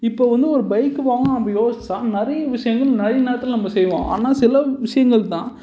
இப்போ வந்து ஒரு பைக்கு வாங்கணும் அப்படி யோஸிச்சா நிறைய விஷயங்கள் நிறைய நேரத்தில் நம்ம செய்வோம் ஆனால் சில விஷயங்கள் தான்